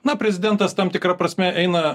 na prezidentas tam tikra prasme eina